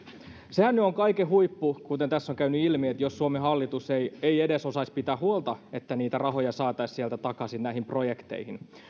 sehän nyt on kaiken huippu kuten tässä on käynyt ilmi jos suomen hallitus ei ei edes osaisi pitää huolta että niitä rahoja saataisiin sieltä takaisin näihin projekteihin